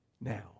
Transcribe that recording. now